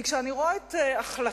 כי כשאני רואה את החלטות